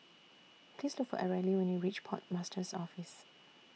Please Look For Areli when YOU REACH Port Master's Office